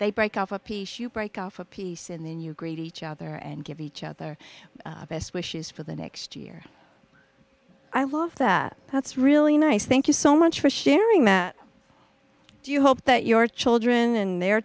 they break off a piece you break off a piece in then you greet each other and give each other best wishes for the next year i love that that's really nice thank you so much for sharing that do you hope that your children and their